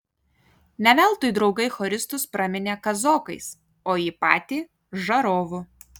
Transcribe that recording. ne veltui draugai choristus praminė kazokais o jį patį žarovu